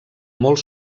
molt